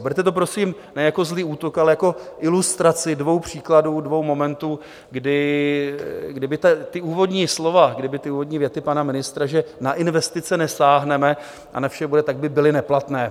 Berte to, prosím, ne jako zlý útok, ale jako ilustraci dvou příkladů, dvou momentů, kdyby ta úvodní slova, kdyby ty úvodní věty pana ministra, že na investice nesáhneme a na vše bude, tak by byly neplatné.